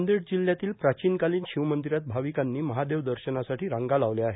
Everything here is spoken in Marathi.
नांदेड जिल्ह्यातील प्राचिनकालीन शिव मंदिरात भावीकांनी महादेव दर्शनासाठी रांगा लावल्या आहेत